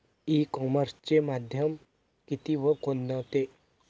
E कॉमर्सचे माध्यम किती व कोणते?